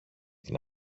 την